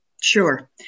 Sure